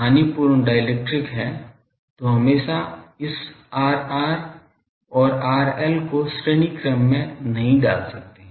हानिपूर्ण dielectric है तो हमेशा इस Rr और Rl को श्रेणी क्रम में नहीं डाल सकते है